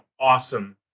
awesome